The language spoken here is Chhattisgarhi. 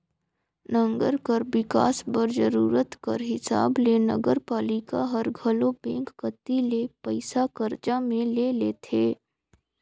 नंगर कर बिकास बर जरूरत कर हिसाब ले नगरपालिका हर घलो बेंक कती ले पइसा करजा में ले लेथे